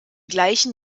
gleichen